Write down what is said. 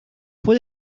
fue